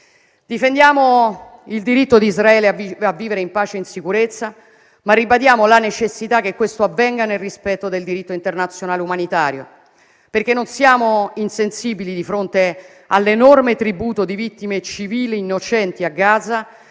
Difendiamo il diritto di Israele a vivere in pace e in sicurezza, ma ribadiamo la necessità che questo avvenga nel rispetto del diritto internazionale umanitario, perché non siamo insensibili di fronte all'enorme tributo di vittime civili innocenti a Gaza,